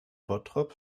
bottrop